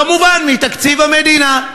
כמובן, מתקציב המדינה.